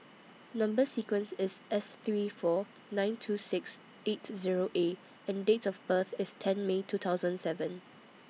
Number sequence IS S three four nine two six eight Zero A and Date of birth IS ten May two thousand seven